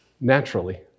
naturally